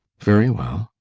very well.